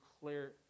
clear